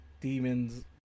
demons